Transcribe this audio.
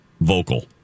vocal